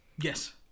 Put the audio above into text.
Yes